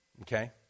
Okay